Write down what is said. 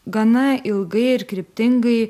gana ilgai ir kryptingai